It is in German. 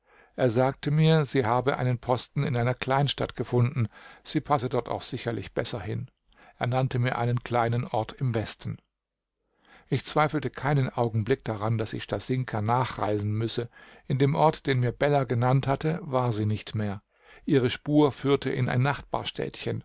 er sagte mir sie habe einen posten in einer kleinstadt gefunden sie passe dort auch sicherlich besser hin er nannte mir einen kleinen ort im westen ich zweifelte keinen augenblick daran daß ich stasinka nachreisen müsse in dem ort den mir beller genannt hatte war sie nicht mehr ihre spur führte in ein nachbarstädtchen